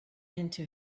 into